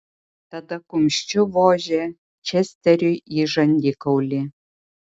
tada kumščiu vožė česteriui į žandikaulį